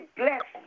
bless